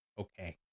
okay